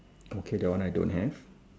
okay that one I don't have